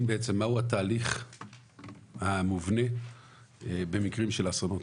בעצם מה הוא התהליך המובנה במקרים של אסונות,